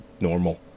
normal